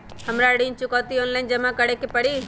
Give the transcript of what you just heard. हमरा ऋण चुकौती ऑनलाइन जमा करे के परी?